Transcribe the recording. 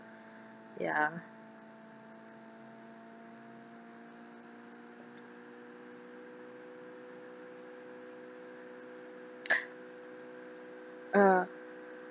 ya uh